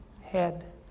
Head